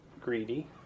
greedy